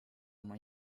oma